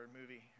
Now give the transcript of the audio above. movie